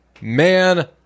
man